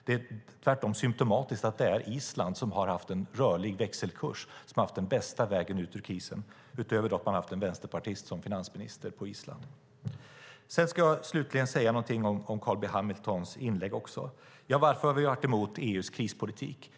Det är tvärtom symtomatiskt att det är Island, som har haft en rörlig växelkurs, som har haft den bästa vägen ut ur krisen, utöver att man har haft en vänsterpartist som finansminister på Island. Slutligen vill jag säga någonting om Carl B Hamiltons inlägg också. Varför har vi varit emot EU:s krispolitik?